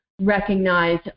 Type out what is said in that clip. recognize